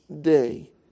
day